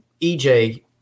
EJ